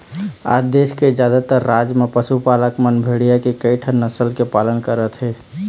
आज देश के जादातर राज म पशुपालक मन भेड़िया के कइठन नसल के पालन करत हे